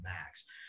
max